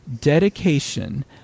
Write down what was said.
dedication